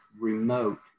remote